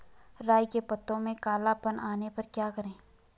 राई के पत्तों में काला पन आने पर क्या करें?